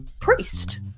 priest